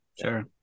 Sure